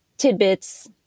tidbits